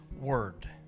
word